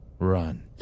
Run